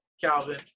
Calvin